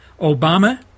Obama